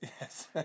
yes